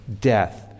death